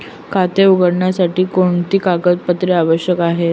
खाते उघडण्यासाठी कोणती कागदपत्रे आवश्यक आहे?